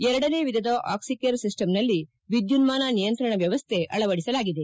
ಎರಡನೇ ವಿಧದ ಆಕ್ಸಿಕೇರ್ ಸಿಸ್ಟಂನಲ್ಲಿ ವಿದ್ದುನ್ಲಾನ ನಿಯಂತ್ರಣ ವ್ಯವಸ್ಥೆ ಅಳವಡಿಸಲಾಗಿದೆ